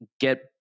get